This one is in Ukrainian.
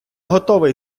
готовий